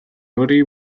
horri